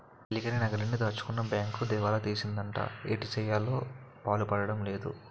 పెళ్ళికని నగలన్నీ దాచుకున్న బేంకు దివాలా తీసిందటరా ఏటిసెయ్యాలో పాలుపోడం లేదు